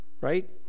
right